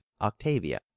Octavia